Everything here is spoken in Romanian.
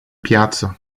piață